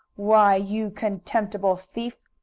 why, you contemptible thief!